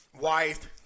wife